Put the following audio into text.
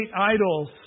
idols